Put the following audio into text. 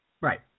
Right